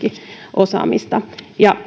osaamista ja